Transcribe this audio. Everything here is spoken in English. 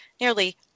nearly